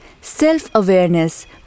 self-awareness